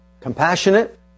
Compassionate